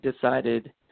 decided